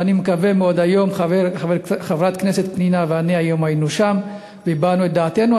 ואני מקווה מאוד היום חברת כנסת פנינה ואני היינו שם והבענו את דעתנו,